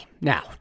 now